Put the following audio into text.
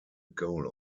goal